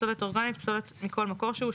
"פסולת אורגנית" - פסולת מכל מקור שהוא,